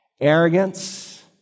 Arrogance